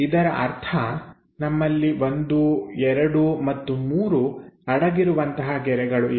ಇದರ ಅರ್ಥ ನಮ್ಮಲ್ಲಿ 1 2 ಮತ್ತು 3 ಅಡಗಿರುವಂತಹ ಗೆರೆಗಳು ಇವೆ